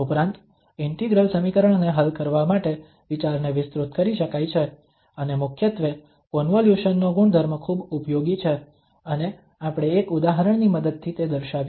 ઉપરાંત ઇન્ટિગ્રલ સમીકરણ ને હલ કરવા માટે વિચારને વિસ્તૃત કરી શકાય છે અને મુખ્યત્વે કોન્વોલ્યુશન નો ગુણધર્મ ખૂબ ઉપયોગી છે અને આપણે એક ઉદાહરણની મદદથી તે દર્શાવ્યું છે